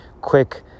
quick